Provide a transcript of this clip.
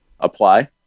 apply